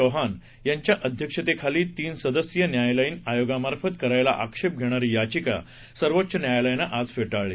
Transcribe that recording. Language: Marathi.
चौहान यांच्या अध्यक्षतेखाली तीन सदस्यीय न्यायालयीन आयोगामार्फत करायला आक्षेप घेणारी याचिका सर्वोच्च न्यायालयानं आज फेटाळली